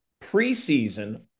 preseason